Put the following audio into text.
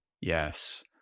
Yes